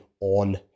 on